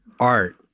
art